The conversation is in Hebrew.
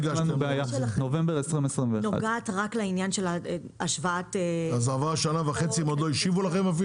זה הוגש בנובמבר 2021. עברה שנה וחצי והם עדיין לא השיבו לכם?